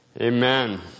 Amen